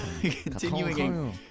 continuing